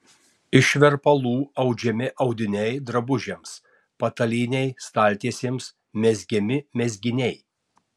iš verpalų audžiami audiniai drabužiams patalynei staltiesėms mezgami mezginiai